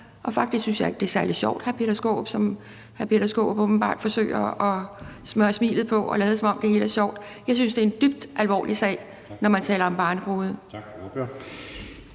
må jeg sige til hr. Peter Skaarup, at hr. Peter Skaarup åbenbart forsøger at smøre smilet på og lade, som om det hele er sjovt. Jeg synes, det er en dybt alvorlig sag, når man taler om barnebrude. Kl.